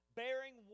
bearing